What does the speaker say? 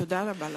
תודה רבה לכם.